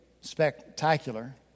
spectacular